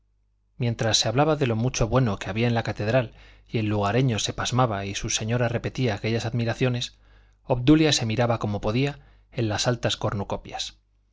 mientras se hablaba de lo mucho bueno que había en la catedral y el lugareño se pasmaba y su señora repetía aquellas admiraciones obdulia se miraba como podía en las altas cornucopias